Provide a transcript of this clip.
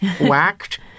Whacked